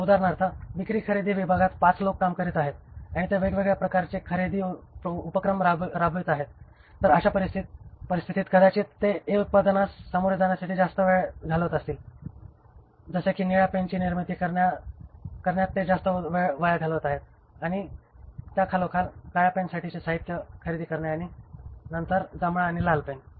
आता उदाहरणार्थ विक्री खरेदी विभागात पाच लोक काम करीत आहेत आणि ते वेगवेगळ्या प्रकारचे खरेदी उपक्रम राबवित आहेत तर अशा परिस्थितीत कदाचित ते A उत्पादनास सामोरे जाण्यासाठी जास्त वेळ घालवत असतील जसे की निळ्या पेनची खरेदी करण्यास ते जास्त वेळ घालवत आहेत त्या खालोखाल काळ्या पेनसाठीचे साहित्य खरेदी करणे आणि नंतर जांभळा आणि लाल पेन